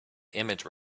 image